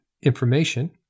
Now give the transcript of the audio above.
information